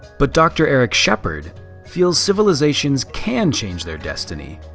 but dr. eric sheppard feels civilizations can change their destiny,